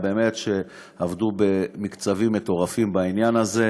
שבאמת עבדו בקצב מטורף בעניין הזה,